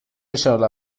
شله